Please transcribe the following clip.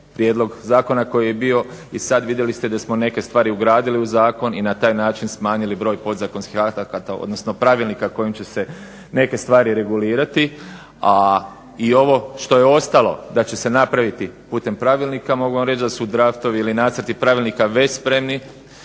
prijedlog zakona koji je bio i sad vidjeli ste da smo neke stvari ugradili u zakon i na taj način smanjili broj podzakonskih akata, odnosno pravilnika kojim će se neke stvari regulirati. A i ovo što je ostalo da će se napraviti putem pravilnika mogu vam reći da su draftovi ili nacrti pravilnika već spremni